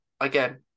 again